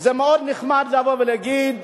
זה מאוד נחמד לבוא ולהגיד,